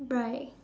right